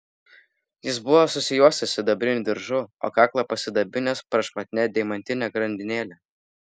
jis buvo susijuosęs sidabriniu diržu o kaklą pasidabinęs prašmatnia deimantine grandinėle